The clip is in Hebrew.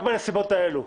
רק בנסיבות האלו.